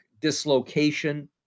dislocation